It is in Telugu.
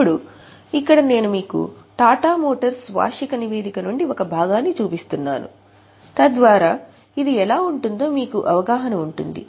ఇప్పుడు ఇక్కడ నేను మీకు టాటా మోటార్స్ వార్షిక నివేదిక నుండి ఒక భాగాన్ని చూపిస్తున్నాను తద్వారా ఇది ఎలా ఉంటుందో మీకు అవగాహన ఉంటుంది